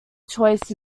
choice